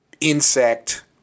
Insect